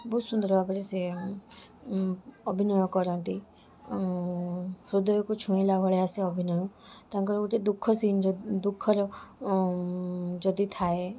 ବହୁତ ସୁନ୍ଦର ଭାବରେ ସିଏ ଅଭିନୟ କରନ୍ତି ହୃଦୟକୁ ଛୁଇଁଲା ଭଳିଆ ସେ ଅଭିନୟ ତାଙ୍କର ଗୋଟେ ଦୁଃଖ ସିନ୍ ଯ ଦୁଃଖର ଯଦି ଥାଏ